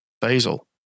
Basil